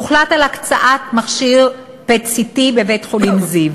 הוחלט על הקצאת מכשיר PET CT לבית-החולים זיו.